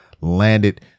landed